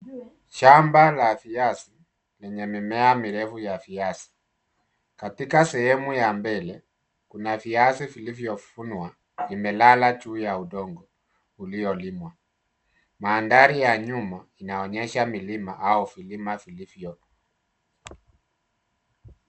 Shamba la viazi lenye mimea mirefu ya viazi katika sehemu ya mbele, kuna viazi vilivyovunwa vimelala juu ya udongo uliolimwa. Maandari ya nyuma inaonyesha milima au vilima vilivyo.